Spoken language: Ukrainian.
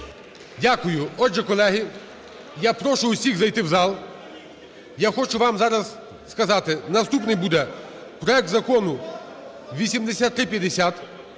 Дякую. Отже, колеги, я прошу всіх зайти в зал. Я хочу вам зараз сказати, наступний буде проект Закону 8350,